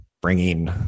bringing